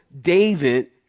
David